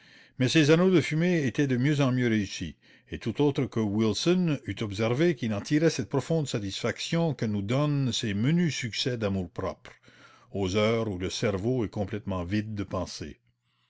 mais ses anneaux de fumée étaient de mieux en mieux réussis et tout autre que wilson eût observé qu'il en tirait cette profonde satisfaction que nous donnent ces menus succès d'amour-propre aux heures où le cerveau est complètement vide de pensées